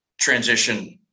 transition